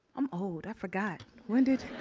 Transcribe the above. i'm old. i forgot, when did?